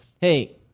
hey